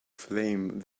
flame